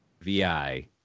VI